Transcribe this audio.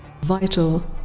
vital